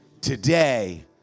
Today